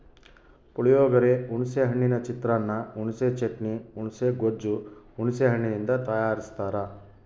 ಪುಳಿಯೋಗರೆ, ಹುಣಿಸೆ ಹಣ್ಣಿನ ಚಿತ್ರಾನ್ನ, ಹುಣಿಸೆ ಚಟ್ನಿ, ಹುಣುಸೆ ಗೊಜ್ಜು ಹುಣಸೆ ಹಣ್ಣಿನಿಂದ ತಯಾರಸ್ತಾರ